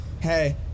hey